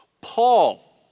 Paul